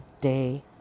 day